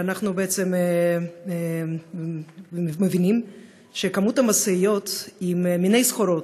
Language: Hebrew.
אנחנו בעצם מבינים שכמות המשאיות עם מיני סחורות,